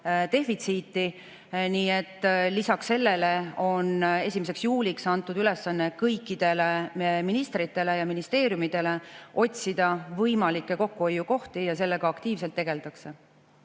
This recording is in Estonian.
defitsiiti. Lisaks sellele on 1. juuliks antud ülesanne kõikidele ministritele ja ministeeriumidele otsida võimalikke kokkuhoiukohti ja sellega aktiivselt tegeldakse.